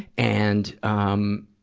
and, um,